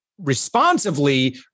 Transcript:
responsively